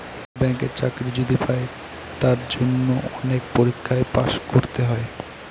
ব্যাঙ্কের চাকরি যদি পাই তার জন্য অনেক পরীক্ষায় পাস করতে হয়